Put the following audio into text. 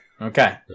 Okay